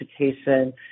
education